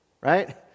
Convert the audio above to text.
right